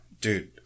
Dude